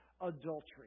adultery